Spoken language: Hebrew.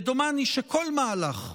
ודומני שכל מהלך,